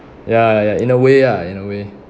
ya ya in a way ah in a way